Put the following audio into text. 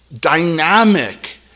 dynamic